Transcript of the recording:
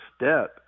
step